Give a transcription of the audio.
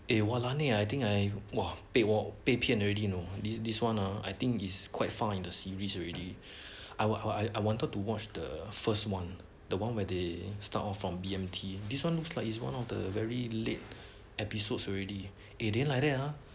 eh walan eh I think I !wah! 被我被骗 already you know this this one lah I think is quite far in the series already I what I wanted to watch the first one the one where they start off from B_M_T this one looks like is one of the very late episodes already eh then like that ah